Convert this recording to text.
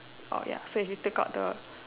oh ya so if you take out the